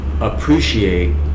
appreciate